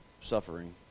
suffering